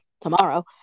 tomorrow